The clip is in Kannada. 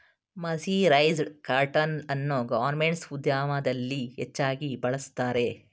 ಮರ್ಸಿರೈಸ್ಡ ಕಾಟನ್ ಅನ್ನು ಗಾರ್ಮೆಂಟ್ಸ್ ಉದ್ಯಮದಲ್ಲಿ ಹೆಚ್ಚಾಗಿ ಬಳ್ಸತ್ತರೆ